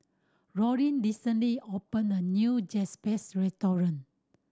Dorene recently opened a new Japchae Restaurant